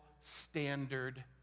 standard